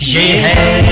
a a